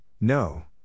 No